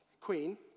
Queen